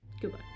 Goodbye